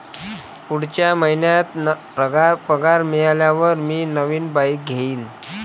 पुढच्या महिन्यात पगार मिळाल्यावर मी नवीन बाईक घेईन